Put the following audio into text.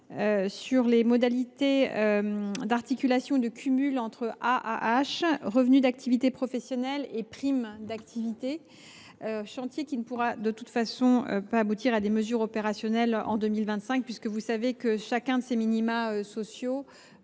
sur les modalités d’articulation et de cumul entre AAH, revenus d’activité professionnelle et prime d’activité. Ce chantier ne pourra de toute façon pas aboutir à des mesures opérationnelles en 2025, chacun des minima sociaux